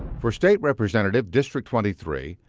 for state representative, district twenty three,